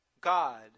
God